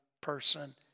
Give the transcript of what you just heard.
person